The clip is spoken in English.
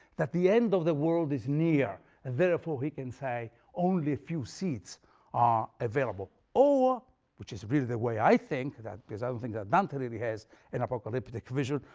that the end of the world is near, and therefore, he can say only a few seats are available, or which is really the way i think, because i don't think that dante really has an apocalyptic vision.